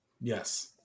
Yes